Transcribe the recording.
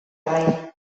bai